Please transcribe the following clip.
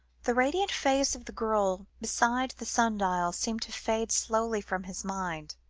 the radiant face of the girl beside the sun-dial seemed to fade slowly from his mind,